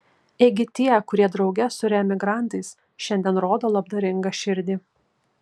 ėgi tie kurie drauge su reemigrantais šiandien rodo labdaringą širdį